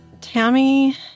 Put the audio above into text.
Tammy